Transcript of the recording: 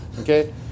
Okay